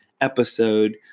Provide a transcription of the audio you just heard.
episode